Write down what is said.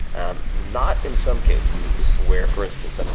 and not in some cases where, for instance, um and